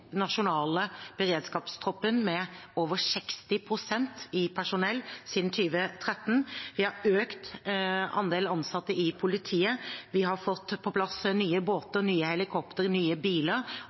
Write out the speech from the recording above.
nasjonale beredskapstroppen med over 60 pst. i personell siden 2013. Vi har økt andelen ansatte i politiet, og vi har fått på plass nye båter, nye helikoptre, nye biler,